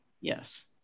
Yes